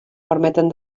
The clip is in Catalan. permeten